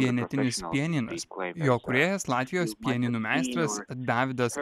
vienetinis pianinas jo kūrėjas latvijos pianinų meistras davidas